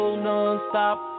non-stop